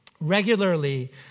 Regularly